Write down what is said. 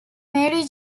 mary